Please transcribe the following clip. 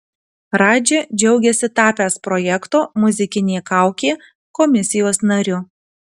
radži džiaugiasi tapęs projekto muzikinė kaukė komisijos nariu